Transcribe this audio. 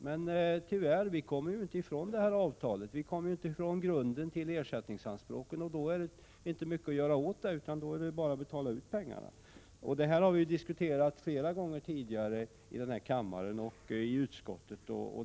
Men vi kommer tyvärr inte ifrån detta avtal, vi kommer inte ifrån grunden för ersättningsanspråken, och då är det inte mycket att göra, utan bara att betala ut pengarna. Detta har vi diskuterat flera gånger tidigare i denna kammare och i utskottet.